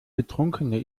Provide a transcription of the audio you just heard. betrunkene